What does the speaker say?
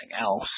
else